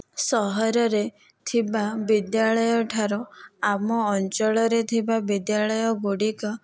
ସହର ରେ ଥିବା ବିଦ୍ୟାଳୟ ଠାରୁ ଆମ ଅଞ୍ଚଳ ରେ ଥିବା ବିଦ୍ୟାଳୟ ଗୁଡ଼ିକ